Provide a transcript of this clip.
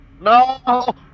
No